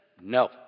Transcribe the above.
no